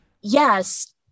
Yes